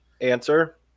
answer